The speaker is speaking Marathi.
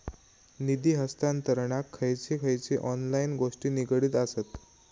निधी हस्तांतरणाक खयचे खयचे ऑनलाइन गोष्टी निगडीत आसत?